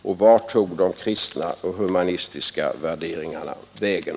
Och vart tog de kristna och humanistis värderingarna vägen?